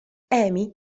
amy